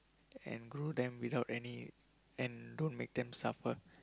and grow then without any and don't make them suffer